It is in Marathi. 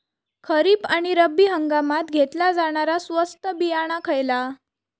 खरीप आणि रब्बी हंगामात घेतला जाणारा स्वस्त बियाणा खयला?